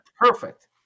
Perfect